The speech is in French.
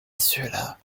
cela